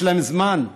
יש להם זמן.